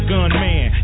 Gunman